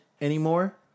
anymore